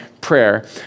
prayer